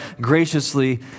graciously